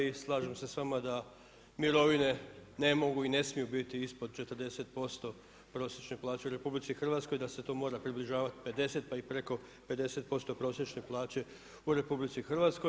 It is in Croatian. I slažem se sa vama da mirovine ne mogu i ne smiju biti ispod 40% prosječne plaće u RH, da se to mora približavati 50 pa i preko 50% prosječne plaće u RH.